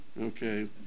okay